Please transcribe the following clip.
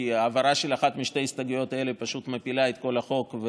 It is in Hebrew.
כי העברה של אחת משתי ההסתייגויות האלה פשוט מפילה את כל החוק,